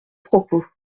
propos